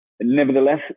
Nevertheless